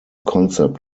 concept